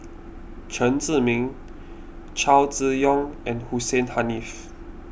Chen Zhiming Chow Chee Yong and Hussein Haniff